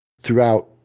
Throughout